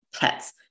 pets